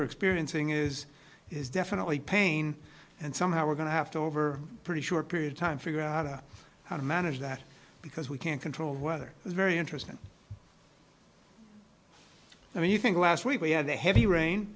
are experiencing is is definitely pain and somehow we're going to have to over a pretty short period of time figure out how to manage that because we can't control whether it's very interesting i mean you think last week we had the heavy rain